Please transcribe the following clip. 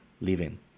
living